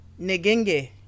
negenge